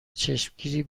چشمگیری